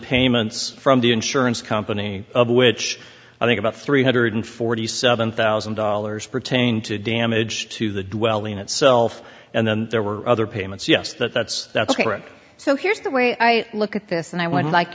payments from the insurance company of which i think about three hundred forty seven thousand dollars pertain to damage to the dwelling itself and then there were other payments yes that's that's correct so here's the way i look at this and i went like